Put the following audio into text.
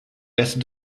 reste